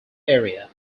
area